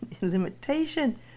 limitation